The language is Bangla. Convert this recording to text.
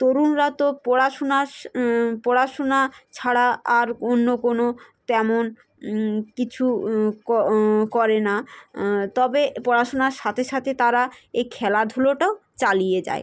তরুণরা তো পড়াশুনা পড়াশুনা ছাড়া আর অন্য কোনো তেমন কিছু করে না তবে পড়াশুনার সাথে সাথে তারা এই খেলাধুলোটাও চালিয়ে যায়